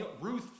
Ruth